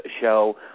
show